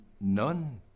none